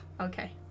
Okay